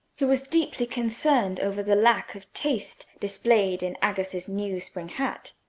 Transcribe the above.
who was deeply concerned over the lack of taste displayed in agatha's new spring hat.